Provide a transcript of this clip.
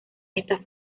estas